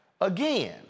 again